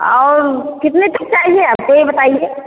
और कितने तक चाहिए आपको यह बताइए